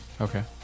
Okay